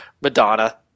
Madonna